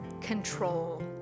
control